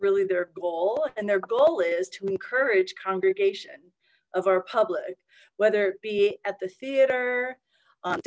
really their goal and their goal is to encourage congregation of our public whether it be at the theater